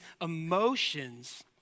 emotions